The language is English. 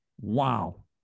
Wow